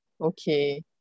Okay